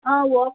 अँ वल्क